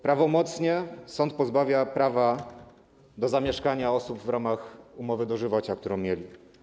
Prawomocnie sąd pozbawia prawa do zamieszkania osób w ramach umowy dożywocia, którą mieli.